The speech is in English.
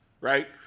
right